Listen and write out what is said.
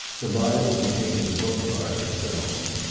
the bible became the book par excellence,